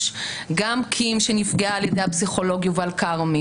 גם קים שנפגעה על ידי הפסיכולוג יובל כרמי,